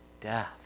death